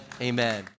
Amen